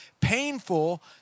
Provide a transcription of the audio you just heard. painful